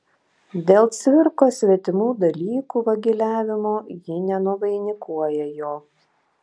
dėl cvirkos svetimų dalykų vagiliavimo ji nenuvainikuoja jo